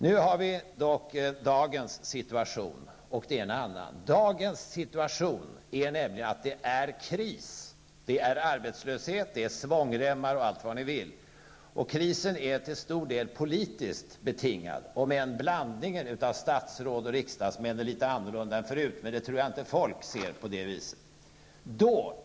Nu har vi dock dagens situation och den innebär kris. Det är arbetslöshet, svångremmar och allt vad ni vill. Krisen är till stor del politiskt betingad. Visserligen är blandningen av statsråd och riksdagsmän litet annorlunda än förut, men det tror jag inte folk ser på det viset.